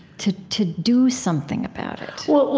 to to do something about it well,